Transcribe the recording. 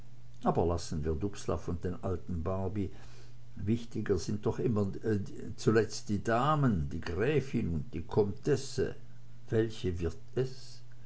aber lassen wir dubslav und den alten barby wichtiger sind doch zuletzt immer die damen die gräfin und die comtesse welche wird es